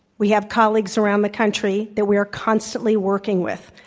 we have colleagues around the country that we are constantly working with.